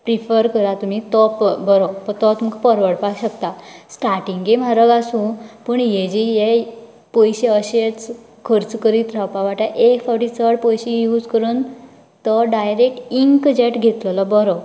prefer करात तुमी तो बरो तो तुमकां परवडपाक शकता स्टाटिंगे म्हारग आसूं पूण यें जें हें पयशे अशेंच खर्च करीत रावपाक वाट्याक एक फावटी चड पयशे यूज करून तो डायरेक्ट इंक जेट घेतलेलो बरो